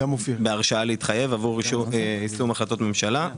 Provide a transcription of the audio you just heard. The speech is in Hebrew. בהרשאה להתחייב עבור יישום החלטות ממשלה.